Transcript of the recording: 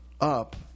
up